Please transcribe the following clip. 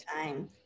time